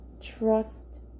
trust